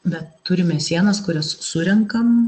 bet turime sienas kurias surenkam